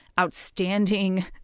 outstanding